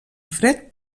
fred